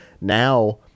Now